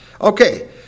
Okay